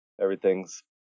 everything's